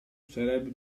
sarebbe